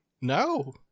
No